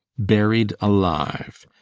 buried alive.